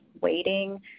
waiting